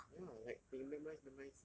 ya like they memorize memorize